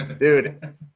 dude